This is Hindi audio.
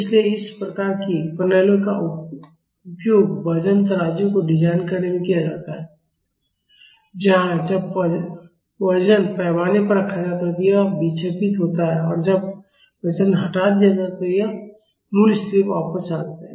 इसलिए इस प्रकार की प्रणालियों का उपयोग वजन तराजू को डिजाइन करने में किया जाता है जहां जब वजन पैमाने पर रखा जाता है तो यह विक्षेपित होता है और जब वजन हटा दिया जाता है तो यह मूल स्थिति में वापस चला जाता है